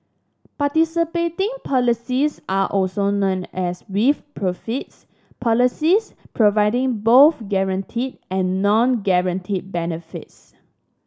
participating policies are also known as with profits policies providing both guaranteed and non guaranteed benefits